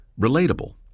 relatable